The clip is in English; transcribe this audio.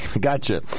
gotcha